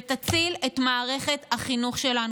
ותציל את מערכת החינוך שלנו.